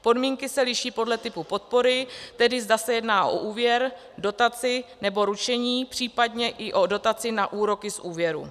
Podmínky se liší podle typu podpory, tedy zda se jedná o úvěr, dotaci nebo ručení, případně i o dotaci na úroky z úvěrů.